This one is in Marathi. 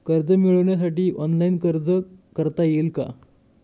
कर्ज मिळविण्यासाठी ऑनलाइन अर्ज करता येईल का?